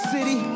City